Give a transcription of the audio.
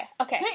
okay